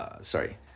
Sorry